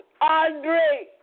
Andre